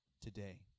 today